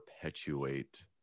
perpetuate